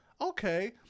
Okay